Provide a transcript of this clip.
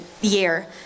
year